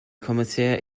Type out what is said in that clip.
commissaire